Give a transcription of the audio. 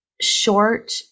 short